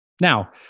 Now